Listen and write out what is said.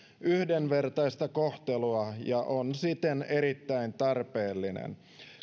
yhdenvertaista kohtelua ja on siten erittäin tarpeellinen